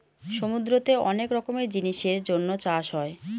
সমুদ্রতে অনেক রকমের জিনিসের জন্য চাষ হয়